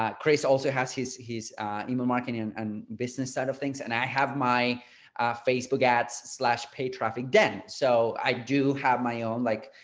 um chris also has his his email marketing and and business side of things. and i have my facebook ads slash paid traffic demo. so i do have my own like,